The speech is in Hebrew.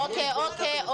אוקיי.